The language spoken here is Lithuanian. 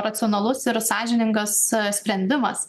racionalus ir sąžiningas sprendimas